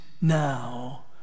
now